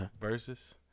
Versus